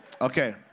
Okay